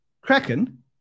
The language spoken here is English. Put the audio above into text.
Kraken